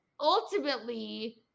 ultimately